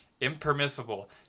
impermissible